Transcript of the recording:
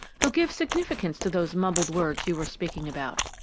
who give significance to those mumbled words you were speaking about.